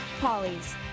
Polly's